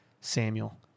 Samuel